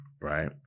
right